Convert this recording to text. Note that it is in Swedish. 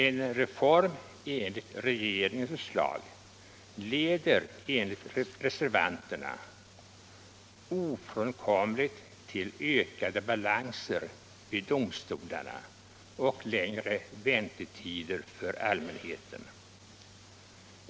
En reform enligt regeringens förslag leder enligt reservanterna ofrånkomligt till ökade balanser vid domstolarna och längre väntetider för allmänheten.